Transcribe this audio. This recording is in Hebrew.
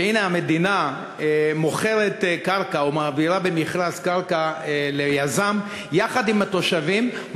שהנה המדינה מוכרת קרקע או מעבירה במכרז קרקע ליזם יחד עם התושבים,